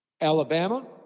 Alabama